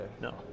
no